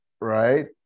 right